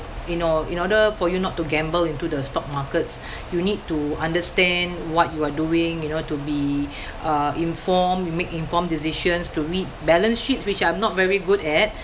you know in order for you not to gamble into the stock markets you need to understand what you are doing you know to be uh informed make informed decisions to meet balance sheets which I'm not very good at